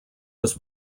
was